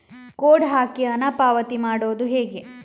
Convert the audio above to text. Code ಹಾಕಿ ಹಣ ಪಾವತಿ ಮಾಡೋದು ಹೇಗೆ?